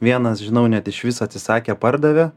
vienas žinau net išvis atsisakė pardavė